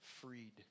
freed